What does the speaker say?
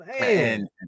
Man